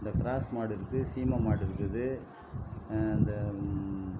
இந்த க்ராஸ் மாடு இருக்குது சீமை மாடு இருக்குது அந்த